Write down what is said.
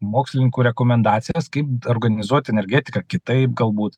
mokslininkų rekomendacijas kaip organizuoti energetiką kitaip galbūt